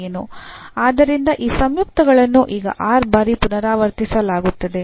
ಆದ್ದರಿಂದ ಈ ಸಂಯುಕ್ತಗಳನ್ನು ಈಗ r ಬಾರಿ ಪುನರಾವರ್ತಿಸಲಾಗುತ್ತದೆ